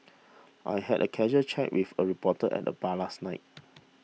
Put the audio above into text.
I had a casual chat with a reporter at the bar last night